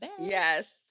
Yes